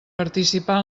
participar